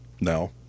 No